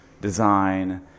design